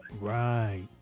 Right